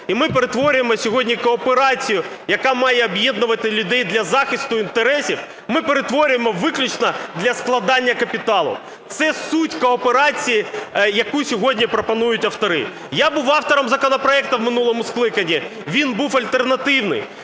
і ми перетворюємо сьогодні кооперацію, яка має об'єднувати людей для захисту інтересів, ми перетворюємо виключно для складання капіталу. Це суть кооперації, яку сьогодні пропонують автори. Я був автором законопроекту в минулому скликанні, він був альтернативний.